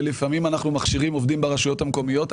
ולפעמים אנחנו מכשירים עובדים ברשויות המקומיות.